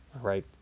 Right